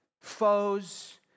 foes